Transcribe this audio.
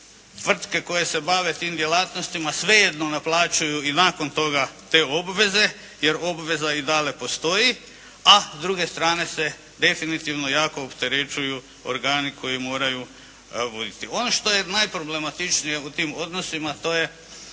tvrtke koje se bave tim djelatnostima svejedno naplaćuju i nakon toga te obveze, jer obveze i dalje postoje, a s druge strane se definitivno jako opterećuju organi koji moraju voditi. Ono što je najproblematičnije u tim odnosima a to je